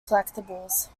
collectibles